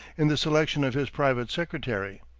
in the selection of his private secretary.